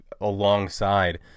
alongside